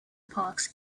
parks